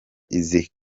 izi